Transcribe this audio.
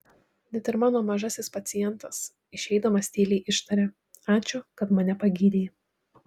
net ir mano mažasis pacientas išeidamas tyliai ištarė ačiū kad mane pagydei